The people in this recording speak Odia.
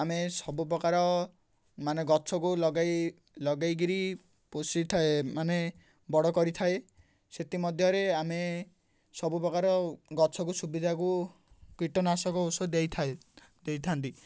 ଆମେ ସବୁ ପ୍ରକାର ମାନେ ଗଛକୁ ଲଗାଇ ଲଗେଇକିରି ପୋଷିଥାଏ ମାନେ ବଡ଼ କରିଥାଏ ସେଥିମଧ୍ୟରେ ଆମେ ସବୁପ୍ରକାର ଗଛକୁ ସୁବିଧାକୁ କୀଟନାଶକ ଔଷଧ ଦେଇଥାଏ ଦେଇଥାନ୍ତି